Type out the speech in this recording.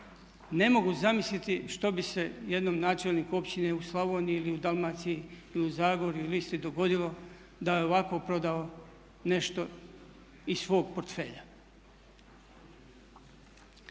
Ne mogu zamisliti što bi se jednom načelniku općine u Slavoniji ili u Dalmaciji ili u Zagorju ili Istri dogodilo da je ovako prodao nešto iz svog portfelja.